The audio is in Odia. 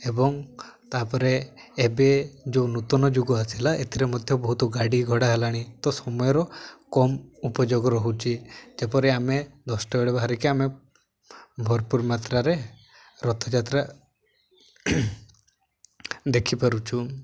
ଏବଂ ତାପରେ ଏବେ ଯେଉଁ ନୂତନ ଯୁଗ ଆସିଲା ଏଥିରେ ମଧ୍ୟ ବହୁତ ଗାଡ଼ି ଘଡ଼ା ହେଲାଣି ତ ସମୟର କମ୍ ଉପଯୋଗ ରହୁଛି ଯେପରି ଆମେ ଦଶଟା ବେଳେ ବାହାରିକି ଆମେ ଭରପୁର ମାତ୍ରାରେ ରଥଯାତ୍ରା ଦେଖିପାରୁଛୁ